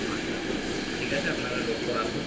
আচ্ছা আচ্ছা ঠিক আছে আপনারা লক্ষ্য রাখুন